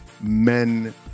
men